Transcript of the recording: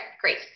great